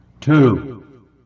two